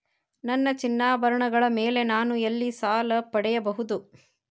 ನನ್ನ ಚಿನ್ನಾಭರಣಗಳ ಮೇಲೆ ನಾನು ಎಲ್ಲಿ ಸಾಲ ಪಡೆಯಬಹುದು?